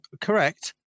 correct